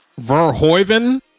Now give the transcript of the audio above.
Verhoeven